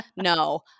no